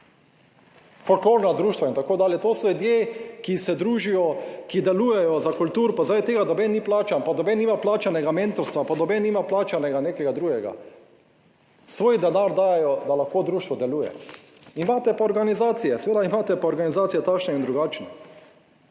Folklorna društva in tako dalje, to so ljudje, ki se družijo, ki delujejo za kulturo, pa zaradi tega noben ni plačan, pa noben nima plačanega mentorstva, pa noben nima plačanega nekega drugega. Svoj denar dajejo, da lahko društvo deluje. Imate pa organizacije, seveda imate pa organizacije takšne in drugačne,